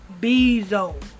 Bezos